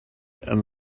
and